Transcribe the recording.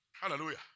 Hallelujah